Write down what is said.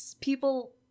people